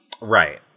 Right